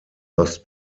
lost